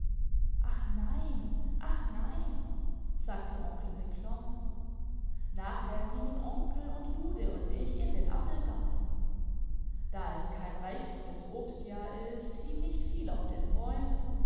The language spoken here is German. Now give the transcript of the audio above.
ach nein ach neini sagte onkel beklommen nachher gingen onkel und lude und ich in den appelgarten da es kein reichliches obstjahr ist hing nicht viel auf den bäumen